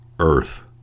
Earth